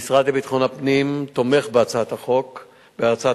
המשרד לביטחון הפנים תומך בהצעת החוק הזו,